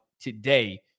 today